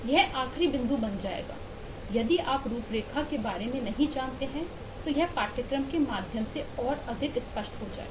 यह आखरी बिंदु बन जाएगा यदि आप रूपरेखा के बारे में नहीं जानते हैं तो यह पाठ्यक्रम के माध्यम से और अधिक स्पष्ट हो जाएगा